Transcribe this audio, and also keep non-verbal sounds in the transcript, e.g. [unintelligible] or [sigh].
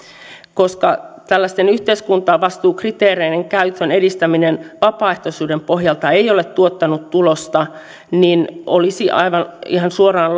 koska tällaisten yhteiskuntavastuukriteereiden käytön edistäminen vapaaehtoisuuden pohjalta ei ole tuottanut tulosta niin olisi ihan suoraan [unintelligible]